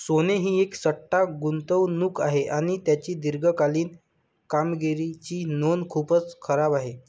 सोने ही एक सट्टा गुंतवणूक आहे आणि त्याची दीर्घकालीन कामगिरीची नोंद खूपच खराब आहे